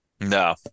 No